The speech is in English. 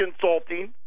consulting